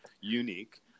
unique